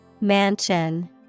Mansion